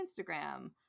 instagram